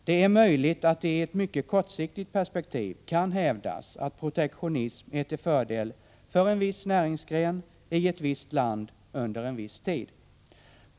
Det är möjligt att det i ett mycket kortsiktigt perspektiv kan hävdas att protektionism är till fördel för en viss näringsgren i ett visst land under en viss tid.